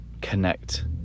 connect